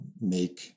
make